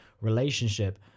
relationship